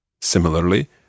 Similarly